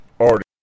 already